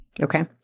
Okay